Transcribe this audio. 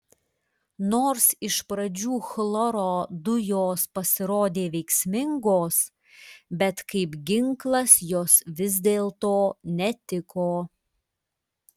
nors iš pradžių chloro dujos pasirodė veiksmingos bet kaip ginklas jos vis dėlto netiko